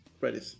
ready